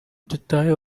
dutahe